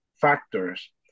factors